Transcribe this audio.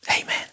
Amen